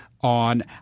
on